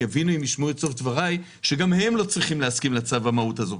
יבינו אם ישמעו את סוף דבריי שגם הם לא צריכים להסכים לצו ככה,